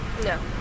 no